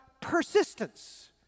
persistence